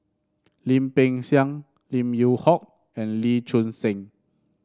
Lim Peng Siang Lim Yew Hock and Lee Choon Seng